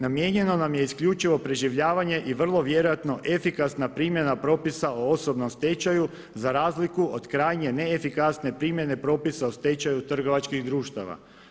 Namijenjeno nam je isključivo preživljavanje i vrlo vjerojatno efikasna primjena propisa o osobnom stečaju za razliku od krajnje neefikasne primjene propisa o stečaju trgovačkih društava“